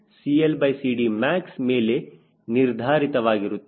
TW cruise CLCDmax ಮೇಲೆ ನಿರ್ಧರಿತವಾಗಿರುತ್ತದೆ